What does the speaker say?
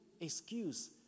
excuse